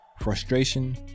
frustration